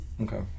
Okay